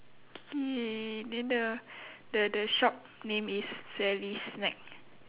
K then the the the shop name is sally snack